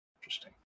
Interesting